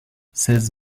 seize